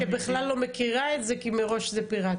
שבכלל לא מכירה את זה כי מראש זה פיראטי,